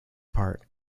part